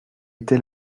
était